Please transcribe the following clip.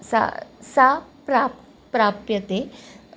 सा सा प्राप् प्राप्यते